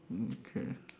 mm K